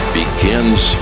begins